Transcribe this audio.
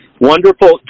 Wonderful